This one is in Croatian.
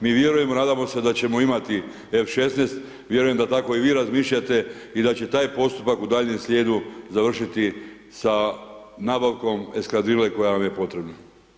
Mi vjerujemo, nadamo se da ćemo imati F-16, vjerujem da tako i vi razmišljate i da će taj postupak u daljnjem slijedu završiti sa nabavkom eskadrile koja vam je potrebna.